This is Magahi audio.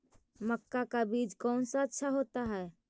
मक्का का बीज कौन सा अच्छा होता है?